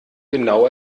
genau